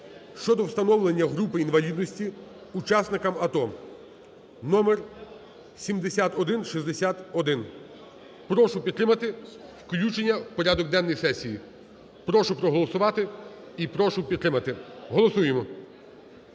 щодо встановлення групи інвалідності учасникам АТО (№7161). Прошу підтримати включення у порядок денний сесії. Прошу проголосувати і прошу підтримати. Голосуємо.